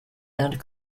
and